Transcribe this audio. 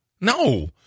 No